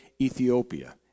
Ethiopia